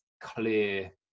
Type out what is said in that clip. clear